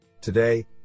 Today